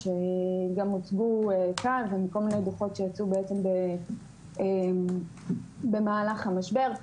שגם הוצגו כאן ובכל מיני דוחות שיצאו במהלך המשבר,